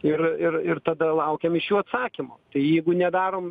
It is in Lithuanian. ir ir ir tada laukiam iš jų atsakymo jeigu nedarom